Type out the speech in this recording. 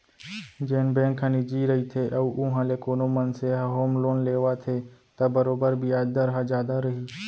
जेन बेंक ह निजी रइथे अउ उहॉं ले कोनो मनसे ह होम लोन लेवत हे त बरोबर बियाज दर ह जादा रही